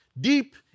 Deep